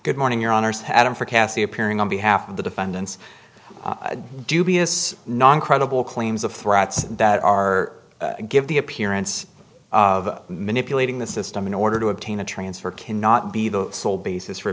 good morning your honour's had in for cassie appearing on behalf of the defendants dubious non credible claims of threats that are give the appearance of manipulating the system in order to obtain a transfer cannot be the sole basis for